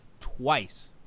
twice